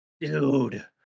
Dude